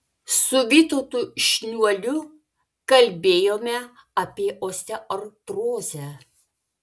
su vytautu šniuoliu kalbėjome apie osteoartrozę